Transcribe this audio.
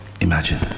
imagine